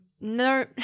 No